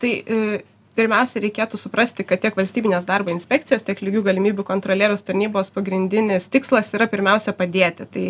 tai pirmiausia reikėtų suprasti kad tiek valstybinės darbo inspekcijos tiek lygių galimybių kontrolieriaus tarnybos pagrindinis tikslas yra pirmiausia padėti tai